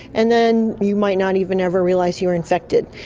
and then you might not even ever realise you are infected.